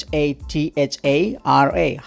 Hathara